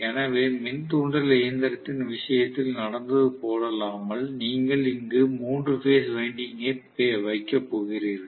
எனவே மின் தூண்டல் இயந்திரத்தின் விஷயத்தில் நடந்தது போலல்லாமல் நீங்கள் இங்கு மூன்று பேஸ் வைண்டிங்கை வைக்கப் போகிறீர்கள்